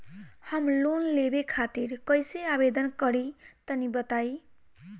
हम लोन लेवे खातिर कइसे आवेदन करी तनि बताईं?